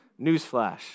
Newsflash